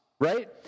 Right